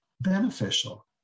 beneficial